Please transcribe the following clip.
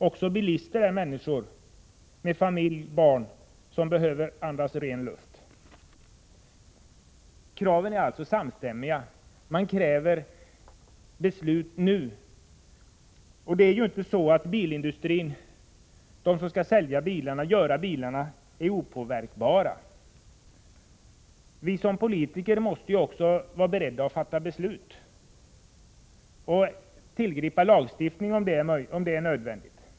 Också bilisterna är människor med familj och barn som behöver andas ren luft, säger man. Kraven är alltså samstämmiga. Man kräver beslut nu. Det är inte så att de inom bilindustrin som skall göra och sälja bilarna är opåverkbara. Vi som politiker måste också vara beredda att fatta beslut och tillgripa lagstiftning om det är nödvändigt.